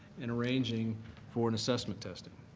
and arranging for an assessment testing.